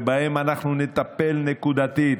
ובהם אנחנו נטפל נקודתית,